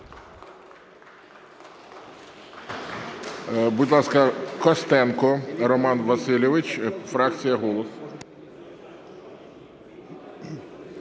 Будь ласка, Костенко Роман Васильович, фракція "Голос".